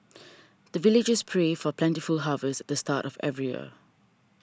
the villagers pray for plentiful harvest at the start of every year